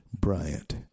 Bryant